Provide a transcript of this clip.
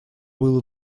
было